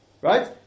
right